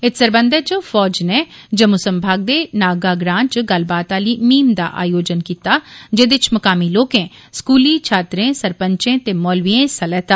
इत सरबंधै च फौज ने जम्मू संभाग दे नागा ग्रां च गल्लबात आली मुहिम दा आयोजन कीता जेदे च मुकामी लोकें स्कूली छात्रें सरपंचें ते मौलविए हिस्सा लैता